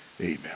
Amen